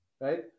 right